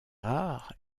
rare